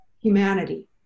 humanity